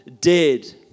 dead